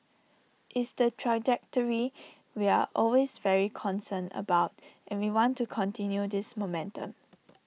it's the trajectory we're always very concerned about and we want to continue this momentum